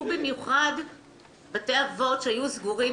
סגורים.